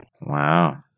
Wow